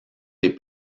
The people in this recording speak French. des